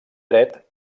dret